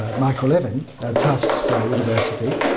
ah michael levin at tufts ah university,